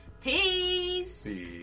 Peace